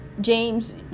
James